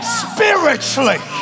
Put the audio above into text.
spiritually